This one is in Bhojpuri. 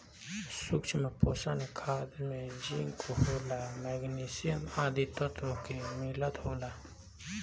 सूक्ष्म पोषक खाद में जिंक, लोहा, मैग्निशियम आदि तत्व के मिलल होला